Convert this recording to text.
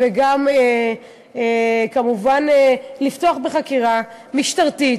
וגם כמובן לפתוח בחקירה משטרתית.